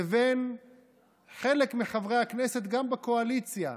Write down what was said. לבין חלק מחברי הכנסת, גם בקואליציה,